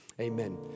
Amen